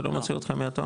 זה לא מוציא אותך מהתור?